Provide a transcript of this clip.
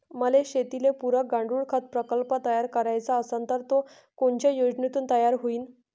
मले शेतीले पुरक गांडूळखत प्रकल्प तयार करायचा असन तर तो कोनच्या योजनेतून तयार होईन?